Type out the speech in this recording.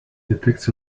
depicts